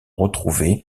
retrouvé